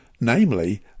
namely